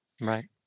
Right